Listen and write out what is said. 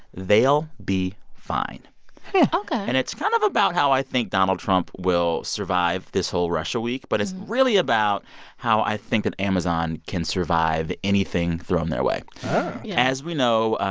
they'll be fine yeah ok and it's kind of about how i think donald trump will survive this whole russia week, but it's really about how i think that amazon can survive anything thrown their way oh yeah as we know,